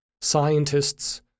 scientists